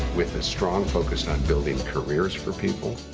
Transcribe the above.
with a strong focus on building careers for people,